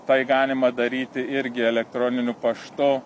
tai galima daryti irgi elektroniniu paštu